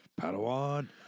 Padawan